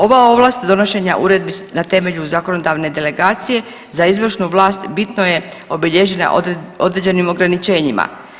Ova ovlast donošenja uredbi na temelju zakonodavne delegacije za izvršnu vlast bitno je obilježena određenim ograničenjima.